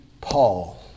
Paul